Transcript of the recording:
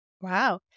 Wow